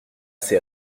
ces